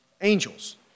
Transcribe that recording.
angels